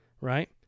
right